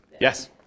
Yes